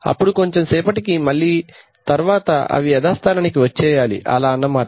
అప్పుడు కొంచెం సేపటి తరువాత మళ్ళీ అవి యథా స్థానానికి వచ్చేయాలి అలా అన్నమాట